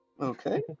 Okay